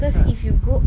because if you go